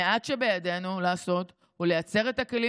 המעט שבידינו לעשות הוא לייצר את הכלים